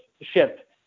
ship